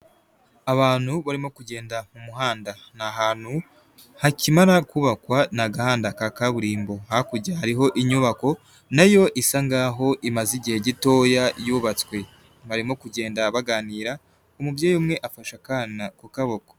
Abantu barimo kugenda mu muhanda. Ni ahantu hakimara kubakwa ni agahanda ka kaburimbo hakurya hariho inyubako nayo isa nkaho imaze igihe gitoya yubatswe barimo kugenda baganira umubyeyi umwe afashe akana ku kaboko.